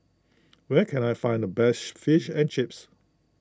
where can I find the best Fish and Chips